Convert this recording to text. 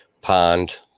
pond